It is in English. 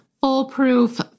foolproof